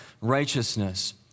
righteousness